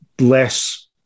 Less